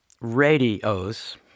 Radios